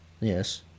Yes